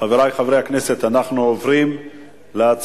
חברי חברי הכנסת, אנחנו עוברים להצבעה